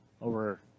over